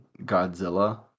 Godzilla